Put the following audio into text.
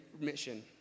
mission